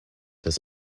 his